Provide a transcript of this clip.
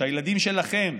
שהילדים שלכם,